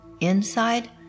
Inside